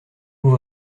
vous